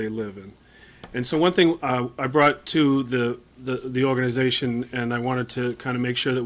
they live in and so one thing i brought to the the organization and i wanted to kind of make sure th